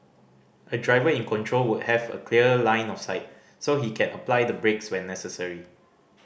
a driver in control would have a clear line of sight so he can apply the brakes when necessary